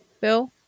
Bill